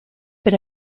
been